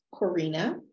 Corina